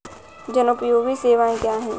जनोपयोगी सेवाएँ क्या हैं?